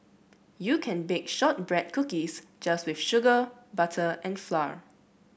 you can bit shortbread cookies just with sugar butter and flour